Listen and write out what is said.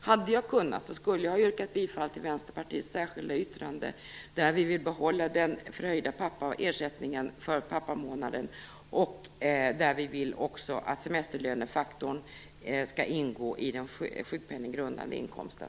Hade jag kunnat det skulle jag ha yrkat bifall till Vänsterpartiets särskilda yttrande där vi vill behålla den förhöjda ersättningen för pappamånaden och där vi också vill att semesterlönefaktorn skall ingå i den sjukpenninggrundande inkomsten.